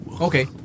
Okay